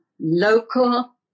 local